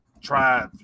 try